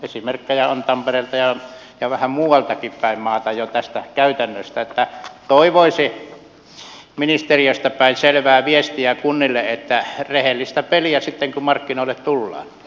esimerkkejä on jo tampereelta ja vähän muualtakin päin maata tästä käytännöstä niin että toivoisi ministeriöstä päin selvää viestiä kunnille että rehellistä peliä sitten kun markkinoille tullaan